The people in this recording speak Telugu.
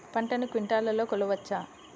పంటను క్వింటాల్లలో కొలవచ్చా?